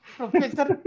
professor